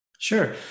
Sure